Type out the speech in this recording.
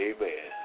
Amen